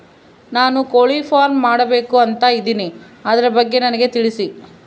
ನಾನು ಕೋಳಿ ಫಾರಂ ಮಾಡಬೇಕು ಅಂತ ಇದಿನಿ ಅದರ ಬಗ್ಗೆ ನನಗೆ ತಿಳಿಸಿ?